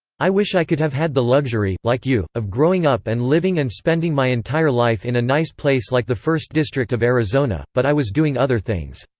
i wish i could have had the luxury, like you, of growing up and living and spending my entire life in a nice place like the first district of arizona, but i was doing other things.